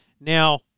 Now